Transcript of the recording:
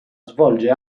svolge